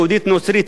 יהודית נוצרית,